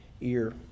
ear